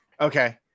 Okay